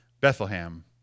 Bethlehem